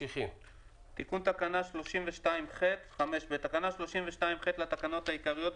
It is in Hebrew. תיקון תקנה 32ח בתקנה 32ח לתקנות העיקריות,